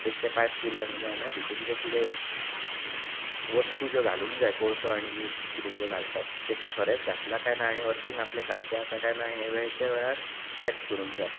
बेश्टें पायप पुरलें म्हूण जायना भितून जें कितें वस्तू ज्यो घालूंक जाय कोळसो आनी मीठ कितें कितें घालतात तें खरेंच घातलां काय ना आनी अर्थींग आपलें सारकें आसा काय ना हें वेळच्या वेळार चॅक करूंक जाय